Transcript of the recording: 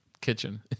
kitchen